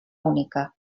única